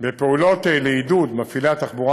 נוקט פעולות לעידוד מפעילי התחבורה